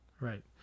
right